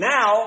Now